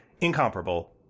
incomparable